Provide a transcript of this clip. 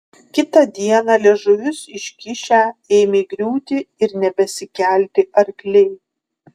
kitą dieną liežuvius iškišę ėmė griūti ir nebesikelti arkliai